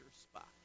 spot